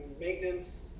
maintenance